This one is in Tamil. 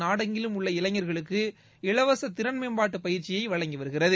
நாடெங்கிலும் உள்ள இளைஞர்களுக்கு இலவச திறன் மேம்பாட்டு பயிற்சியை வழங்கி வருகிறது